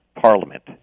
parliament